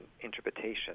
interpretation